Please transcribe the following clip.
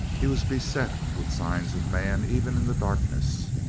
he was beset with signs of man even in the darkness.